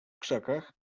krzakach